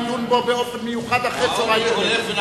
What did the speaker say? נדון בו באופן מיוחד אחר-צהריים שלם.